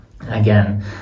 Again